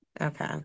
Okay